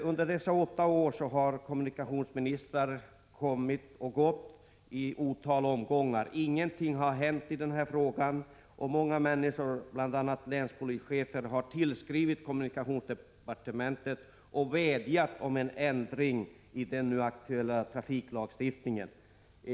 Under de åtta år som förflutit har kommunikationsministrarna kommit och gått i ett otal omgångar. Ingenting har hänt i frågan, och många personer — bl.a. länspolischefer — har tillskrivit kommunikationsdepartementet och vädjat om en ändring i gällande trafiklagstiftning på denna punkt.